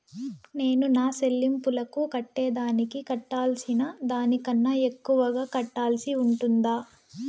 నేను నా సెల్లింపులకు కట్టేదానికి కట్టాల్సిన దానికన్నా ఎక్కువగా కట్టాల్సి ఉంటుందా?